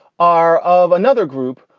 are of another group,